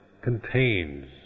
contains